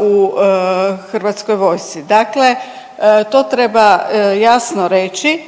u hrvatskoj vojsci. Dakle, to treba jasno reći